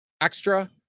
extra